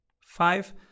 five